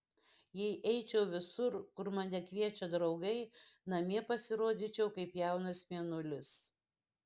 jei eičiau visur kur mane kviečia draugai namie pasirodyčiau kaip jaunas mėnulis